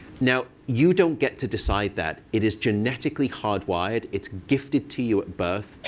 now, you don't get to decide that. it is genetically hardwired. it's gifted to you at birth.